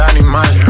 animal